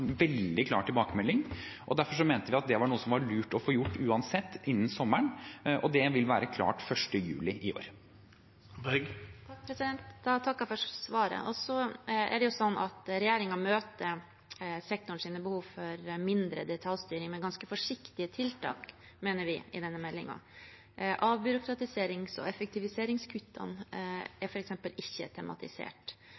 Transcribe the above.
veldig klar tilbakemelding. Derfor mente vi at det var noe som var lurt å få gjort uansett innen sommeren, og det vil være klart 1. juli i år. Jeg takker for svaret. Så er det sånn at regjeringen møter sektorens behov for mindre detaljstyring med ganske forsiktige tiltak, mener vi, i denne meldingen. Avbyråkratiserings- og effektiviseringskuttene er f.eks. ikke tematisert, og styrking av demokratiet på universiteter og høyskoler er heller ikke et